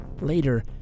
Later